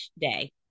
day